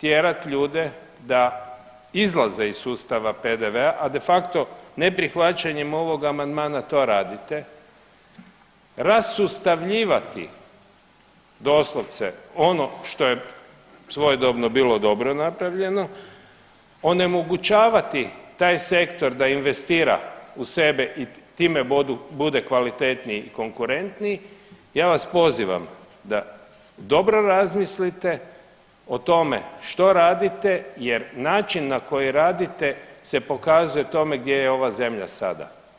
tjerat ljude da izlaze iz sustava PDV-a, a de facto neprihvaćanjem ovog amandmana to radite, rasustavljivati doslovce ono što je svojedobno bilo dobro napravljeno, onemogućavati taj sektor da investira u sebe i time bude kvalitetniji i konkurentniji, ja vas pozivam da dobro razmislite o tome što radite jer način na koji radite se pokazuje tome gdje je ova zemlja sada.